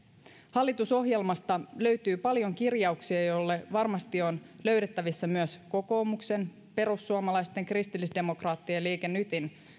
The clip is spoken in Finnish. hallitusohjelmasta löytyy paljon kirjauksia joille varmasti on löydettävissä myös kokoomuksen perussuomalaisten kristillisdemokraattien ja liike nytin